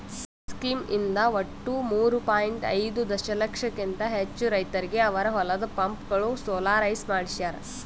scheme ಇಂದ ಒಟ್ಟು ಮೂರೂ ಪಾಯಿಂಟ್ ಐದೂ ದಶಲಕ್ಷಕಿಂತ ಹೆಚ್ಚು ರೈತರಿಗೆ ಅವರ ಹೊಲದ ಪಂಪ್ಗಳು ಸೋಲಾರೈಸ್ ಮಾಡಿಸ್ಯಾರ್